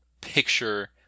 picture